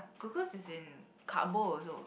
glucose is in carbo also